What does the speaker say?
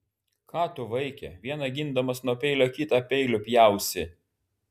ką tu vaike vieną gindamas nuo peilio kitą peiliu pjausi